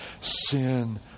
sin